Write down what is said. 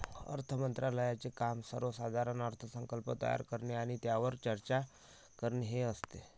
अर्थ मंत्रालयाचे काम सर्वसाधारण अर्थसंकल्प तयार करणे आणि त्यावर चर्चा करणे हे असते